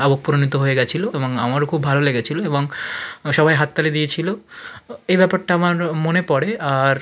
আবেগ প্রণীত হয়ে গিয়েছিল এবং আমারও খুব ভালো লেগেছিল এবং সবাই হাততালি দিয়েছিল এই ব্যাপারটা আমার মনে পড়ে আর